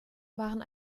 waren